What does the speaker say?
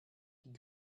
die